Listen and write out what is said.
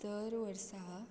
दर वर्सा